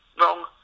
wrong